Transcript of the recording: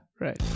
right